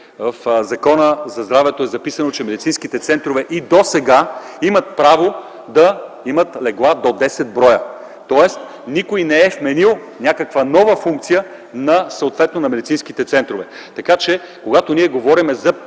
в Закона за здравето е записано, че медицинските центрове и досега имат право да имат легла до десет броя. Тоест никой не е вменил някаква нова функция на медицинските центрове. Когато говорим за